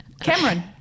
Cameron